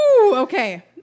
Okay